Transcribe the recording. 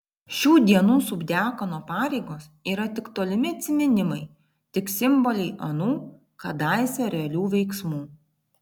šių dienų subdiakono pareigos yra tik tolimi atsiminimai tik simboliai anų kadaise realių veiksmų